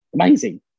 Amazing